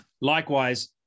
Likewise